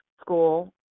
school